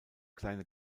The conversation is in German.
kleine